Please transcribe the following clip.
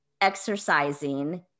exercising